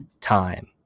time